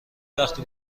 وقتی